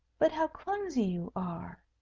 but how clumsy you are!